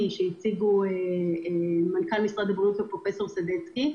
שהציגו מנכ"ל משרד הבריאות ופרופ' סדצקי.